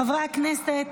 חברי הכנסת,